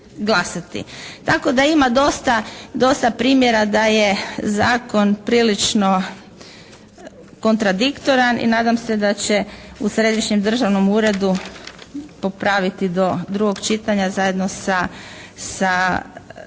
Tako da ima dosta primjera da je Zakon prilično kontradiktoran i nadam se da će u Središnjem državnom uredu popraviti do drugog čitanja zajedno sa svim